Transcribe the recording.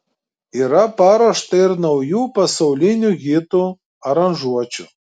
yra paruošta ir naujų pasaulinių hitų aranžuočių